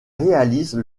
réalise